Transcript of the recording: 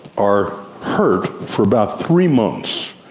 are hurt for about three months,